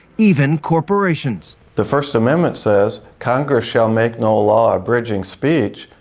even corporations. the first amendment says, congress shall make no law abridging speech.